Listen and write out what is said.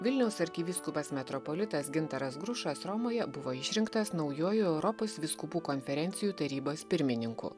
vilniaus arkivyskupas metropolitas gintaras grušas romoje buvo išrinktas naujuoju europos vyskupų konferencijų tarybos pirmininku